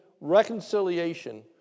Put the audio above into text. reconciliation